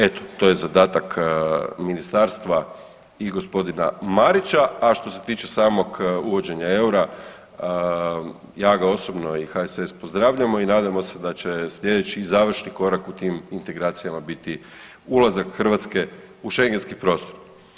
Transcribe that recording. Eto, to je zadatak ministarstva i g. Marića, a što se tiče samog uvođenja eura ja ga osobno i HSS pozdravljamo i nadamo se da će slijedeći i završni korak u tim integracijama biti ulazak Hrvatske u šengenski prostor.